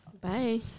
Bye